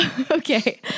okay